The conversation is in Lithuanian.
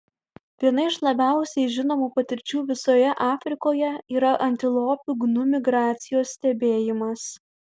viena iš labiausiai žinomų patirčių visoje afrikoje yra antilopių gnu migracijos stebėjimas